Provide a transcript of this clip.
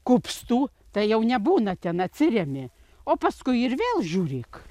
kupstų tai jau nebūna ten atsiremi o paskui ir vėl žiūrėk